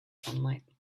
sunlight